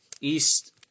East